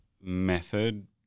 method